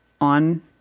on